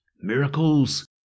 Miracles